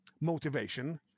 motivation